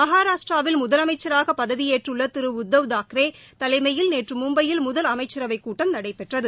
மகாராஷ்டிராவில் முதலமைச்சராக பதவியேற்றுள்ள திரு உத்தவ் தாக்ரே தலைமையில் நேற்று மும்பையில் முதல் அமைச்சரவைக் கூட்டம் நடைபெற்றது